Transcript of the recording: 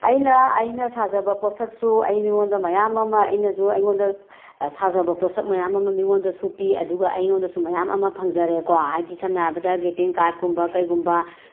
ꯑꯩꯅ ꯑꯩꯅ ꯁꯥꯖꯕ ꯄꯣꯠꯁꯛꯁꯨ ꯑꯩ ꯃꯤꯉꯣꯟꯗ ꯃꯌꯥꯝ ꯑꯃ ꯑꯩꯅꯁꯨ ꯑꯩꯉꯣꯟꯗ ꯁꯥꯖꯕ ꯄꯣꯠꯁꯛ ꯃꯌꯥꯝ ꯑꯃ ꯃꯤꯉꯣꯟꯗꯁꯨ ꯄꯤ ꯑꯗꯨꯒ ꯑꯩꯉꯣꯟꯗꯁꯨ ꯃꯌꯥꯝ ꯑꯃ ꯐꯪꯖꯔꯦ ꯀꯣ ꯍꯥꯏꯗꯤ ꯁꯝꯅ ꯍꯥꯏꯔꯕꯗ ꯒꯦꯇꯤꯡ ꯀꯥꯠꯀꯨꯝꯕ ꯀꯩꯒꯨꯝꯕ